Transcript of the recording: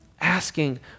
asking